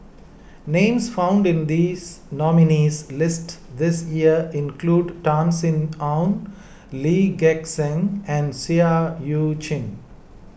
names found in this nominees' list this year include Tan Sin Aun Lee Gek Seng and Seah Eu Chin